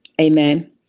Amen